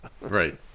Right